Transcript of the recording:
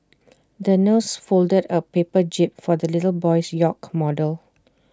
the nurse folded A paper jib for the little boy's yacht model